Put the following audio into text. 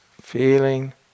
feeling